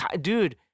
Dude